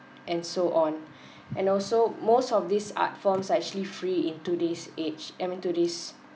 and so on art sand also most of this art forms are actually free into this age I mean to this